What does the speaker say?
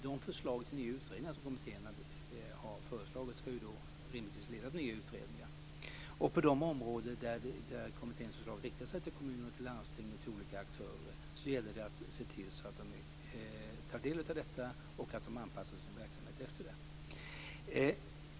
De förslag till nya utredningar som kommittén har föreslagit ska då rimligtvis leda till nya utredningar. På de områden där kommitténs förslag riktar sig till kommuner och landsting och olika aktörer gäller det att se till att de tar del av detta och anpassar sin verksamhet efter det.